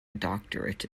doctorate